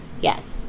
Yes